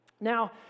Now